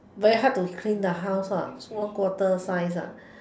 very hard to clean the house so one quarter size